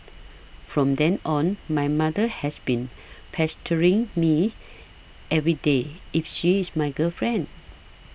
from then on my mother has been pestering me everyday if she is my girlfriend